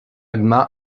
gmina